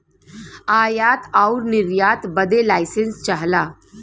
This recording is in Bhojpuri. आयात आउर निर्यात बदे लाइसेंस चाहला